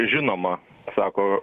žinoma sako